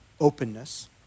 openness